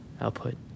output